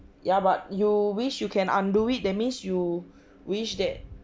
ya but you wish you can undo it that means you wish that